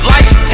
Life